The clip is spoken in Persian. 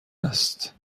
است